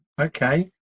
okay